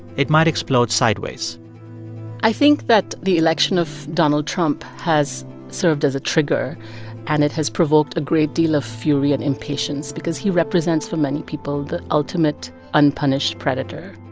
it might explode sideways i think that the election of donald trump has served as a trigger and it has provoked a great deal of fury and impatience because he represents, for many people, the ultimate unpunished predator